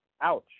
Ouch